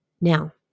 Now